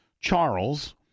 Charles